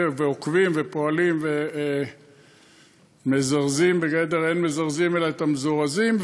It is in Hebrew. ועוקבים ופועלים ומזרזים בגדר אין מזרזין אלא למזורזין,